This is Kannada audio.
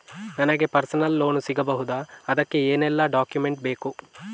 ನನಗೆ ಪರ್ಸನಲ್ ಲೋನ್ ಸಿಗಬಹುದ ಅದಕ್ಕೆ ಏನೆಲ್ಲ ಡಾಕ್ಯುಮೆಂಟ್ ಬೇಕು?